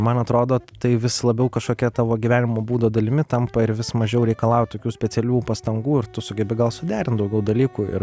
man atrodo tai vis labiau kažkokia tavo gyvenimo būdo dalimi tampa ir vis mažiau reikalauja tokių specialių pastangų ir tu sugebi gal suderint daugiau dalykų ir